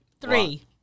three